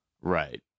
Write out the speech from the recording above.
Right